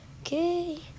okay